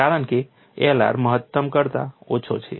કારણ કે Lr મહત્તમ કરતા ઓછો છે